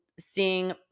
seeing